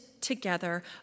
together